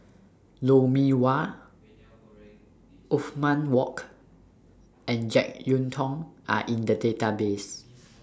Lou Mee Wah Othman Wok and Jek Yeun Thong Are in The Database